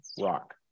rock